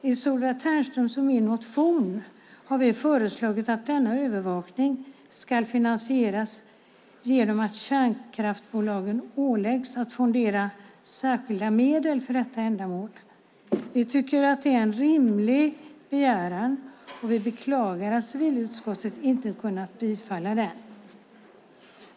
I Solveig Ternströms och min motion har vi föreslagit att denna övervakning ska finansieras genom att kärnkraftsbolagen åläggs att fondera särskilda medel för detta ändamål. Vi tycker det är en rimlig begäran, och vi beklagar att civilutskottet inte kunnat bifalla den.